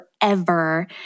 forever